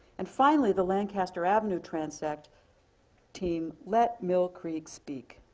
and finally, the lancaster avenue transect team let mill creek speak.